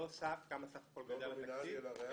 לא כמה סך הכול גדל התקציב -- לא נומינלי אלא ריאלי.